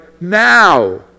now